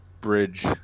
bridge